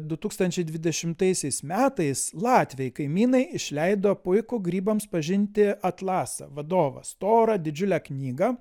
du tūkstančiai dvidešimtaisiais metais latviai kaimynai išleido puikų grybams pažinti atlasą vadovą storą didžiulę knygą